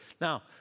Now